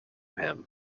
him